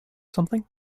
something